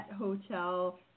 hotel